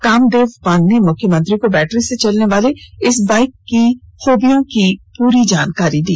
कामदेव पान ने मुख्यमंत्री को बैटरी से चलने वाले इस बाईक की खूबियों की पूरी जानकारी दी